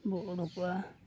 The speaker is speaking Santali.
ᱵᱚ ᱩᱰᱩᱠᱚᱜᱼᱟ